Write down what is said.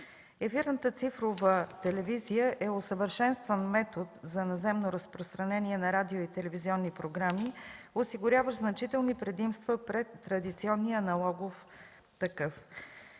Ефирната цифрова телевизия е усъвършенстван метод за наземно разпространение на радио и телевизионни програми, осигуряващ значителни предимства пред традиционния аналогов такъв.